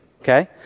okay